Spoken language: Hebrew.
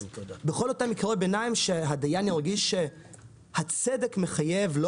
בכל אותם מקרי ביניים שהדיין ירגיש שהצדק מחייב לא